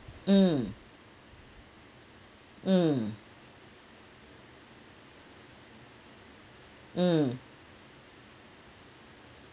mm mm mm